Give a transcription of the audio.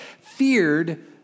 feared